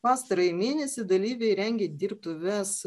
pastarąjį mėnesį dalyviai rengė dirbtuves